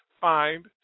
find